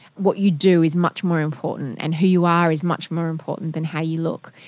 what you do is much more important, and who you are is much more important than how you look.